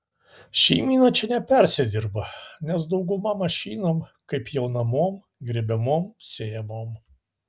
šeimyna čia nepersidirba nes dauguma mašinom kaip pjaunamom grėbiamom sėjamom